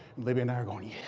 libby and i are going, yes,